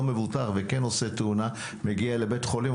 מבוטח וכן עושה תאונה מגיע לבית חולים,